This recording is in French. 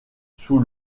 sous